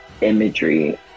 imagery